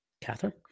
Catherine